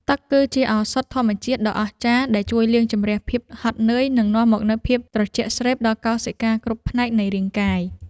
ទឹកគឺជាឱសថធម្មជាតិដ៏អស្ចារ្យដែលជួយលាងជម្រះភាពហត់នឿយនិងនាំមកនូវភាពត្រជាក់ស្រេបដល់កោសិកាគ្រប់ផ្នែកនៃរាងកាយ។